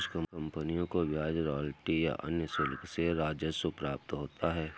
कुछ कंपनियों को ब्याज रॉयल्टी या अन्य शुल्क से राजस्व प्राप्त होता है